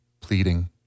pleading